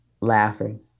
laughing